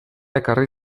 ekarri